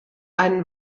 einen